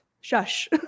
Shush